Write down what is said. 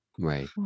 Right